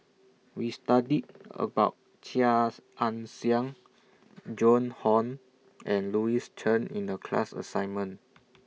We studied about Chia Ann Siang Joan Hon and Louis Chen in The class assignment